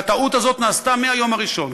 והטעות הזאת נעשתה מהיום הראשון,